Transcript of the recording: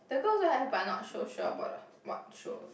the girl also have but I not so sure about uh what show